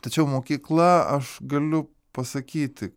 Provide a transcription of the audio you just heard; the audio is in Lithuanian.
tačiau mokykla aš galiu pasakyti